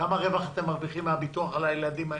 כמה רווח אתם מרוויחים מן הביטוח על הילדים האלה?